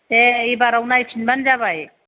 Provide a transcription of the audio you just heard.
दे एबाराव नायफिनब्लानो जाबाय